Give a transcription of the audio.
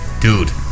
Dude